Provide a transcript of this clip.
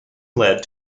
led